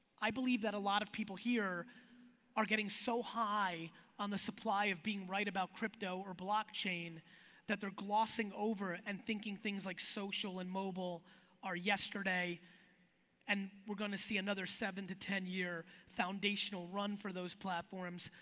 i believe that a lot of people here are getting so high on the supply of being right about crypto or blockchain that they're glossing over and thinking things like social and mobile are yesterday and we're gonna see another seven to ten year foundational run for those platforms.